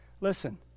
Listen